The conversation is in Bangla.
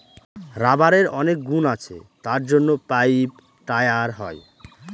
রাবারের অনেক গুণ আছে তার জন্য পাইপ, টায়ার হয়